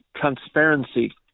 transparency